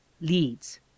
leads